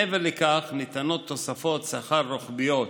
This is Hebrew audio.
מעבר לכך ניתנות תוספות שכר רוחביות.